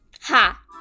Ha